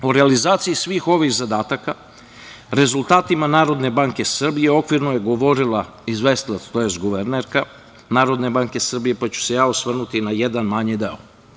O realizaciji svih ovih zadataka, rezultatima Narodne banke Srbije okvirno je govorila izvestilac, tj. guvernerka Narodne banke Srbije, pa ću se ja osvrnuti na jedan manji deo.